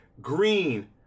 green